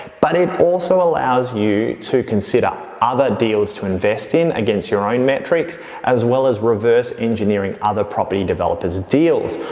but it also allows you to consider other deals to invest in against your own metrics as well as reverse engineering other property developers' deals.